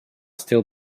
still